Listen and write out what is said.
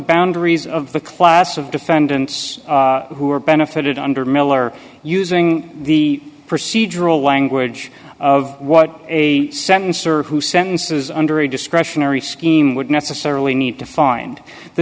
boundaries of the class of defendants who are benefited under miller using the procedural language of what a sentence or two sentences under a discretionary scheme would necessarily need to find the